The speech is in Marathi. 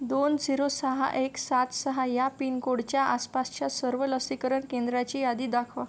दोन झिरो सहा एक सात सहा या पिनकोडच्या आसपासच्या सर्व लसीकरण केंद्राची यादी दाखवा